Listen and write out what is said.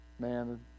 man